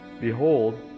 Behold